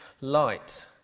light